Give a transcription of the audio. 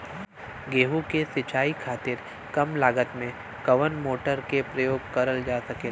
गेहूँ के सिचाई खातीर कम लागत मे कवन मोटर के प्रयोग करल जा सकेला?